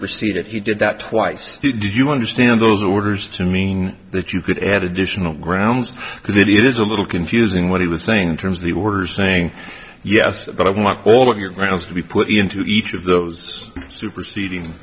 he did that twice do you understand those orders to mean that you could add additional grounds because it is a little confusing what he was saying in terms of the orders saying yes but i want all of your grounds to be put into each of those superseding